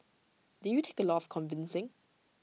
did you take A lot of convincing